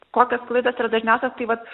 kokios klaidos yra dažniausios tai vat